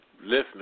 listening